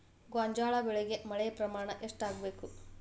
ಗೋಂಜಾಳ ಬೆಳಿಗೆ ಮಳೆ ಪ್ರಮಾಣ ಎಷ್ಟ್ ಆಗ್ಬೇಕ?